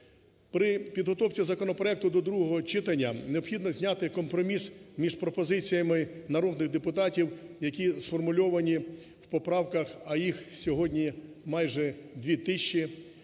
При підготовці законопроекту до другого читання необхідно зняти компроміс між пропозиціями народних депутатів, які сформульовані в поправках, а їх сьогодні майже дві тисячі.